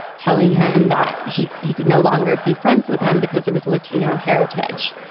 telling him that he he could no longer be friends with him because of his latino heritage.